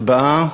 הצבעה.